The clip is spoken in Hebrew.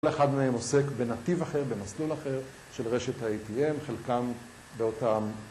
כל אחד מהם עוסק בנתיב אחר, במסלול אחר של רשת ה-ATM, חלקם באותם